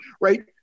right